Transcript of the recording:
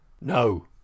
no